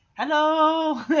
hello